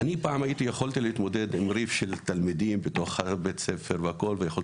אני פעם יכולתי להתמודד עם ריב שיש בין תלמידים בתוך בית הספר ולהתמודד